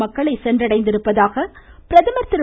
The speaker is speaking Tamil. மக்களை சென்றடைந்திருப்பதாக பிரதமர் திரு